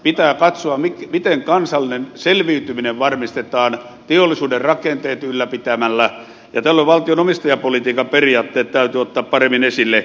pitää katsoa miten kansallinen selviytyminen varmistetaan teollisuuden rakenteet ylläpitämällä ja tällöin valtionomistajapolitiikan periaatteet täytyy ottaa paremmin esille